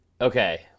okay